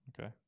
Okay